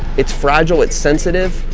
it's fragile, it's sensitive,